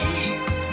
ease